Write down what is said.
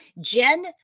Jen